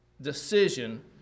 decision